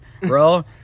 bro